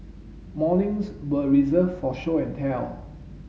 mornings were reserve for show and tell